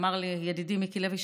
אמר לי ידידי מיקי לוי,